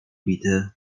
bity